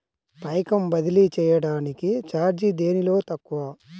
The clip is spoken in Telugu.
పైకం బదిలీ చెయ్యటానికి చార్జీ దేనిలో తక్కువ?